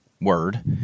word